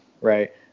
Right